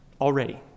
already